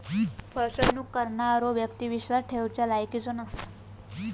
फसवणूक करणारो व्यक्ती विश्वास ठेवच्या लायकीचो नसता